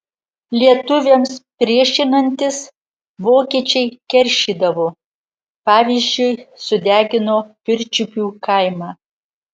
lietuviams priešinantis vokiečiai keršydavo pavyzdžiui sudegino pirčiupių kaimą